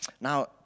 Now